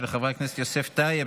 של חברי הכנסת יוסף טייב,